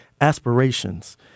aspirations